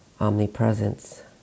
omnipresence